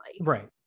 Right